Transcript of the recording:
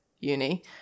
uni